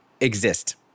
exist